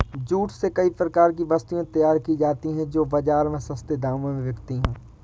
jute से कई प्रकार की वस्तुएं तैयार की जाती हैं जो बाजार में सस्ते दामों में बिकती है